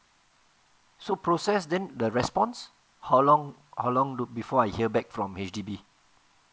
so process then the response how long how long do before I hear back from H_D_B